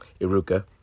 Iruka